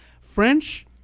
French